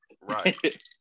Right